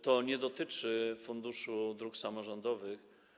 To nie dotyczy Funduszu Dróg Samorządowych.